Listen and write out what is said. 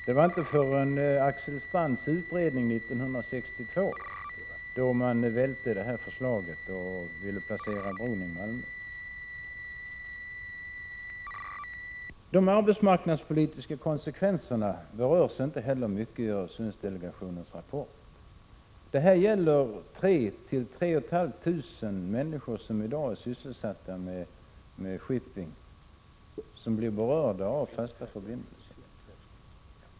Det var inte förrän 1962 Malmö blev aktuellt, då Axel Strands utredning föreslog att bron skulle placeras mellan Malmö och Köpenhamn. De arbetsmarknadspolitiska konsekvenserna berörs inte mycket i Öresundsdelegationens rapport, även om 3 000-3 500 människor, som i dag är sysselsatta med shipping, blir berörda av fasta förbindelser.